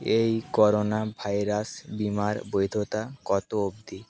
এই corona virus বীমার বৈধতা কত অবধি